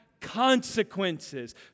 consequences